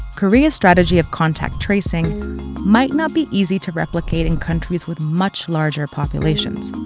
korea's strategy of contact tracing might not be easy to replicate in countries with much larger populations.